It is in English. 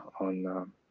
on